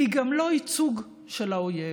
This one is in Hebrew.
והיא גם לא ייצוג של האויב.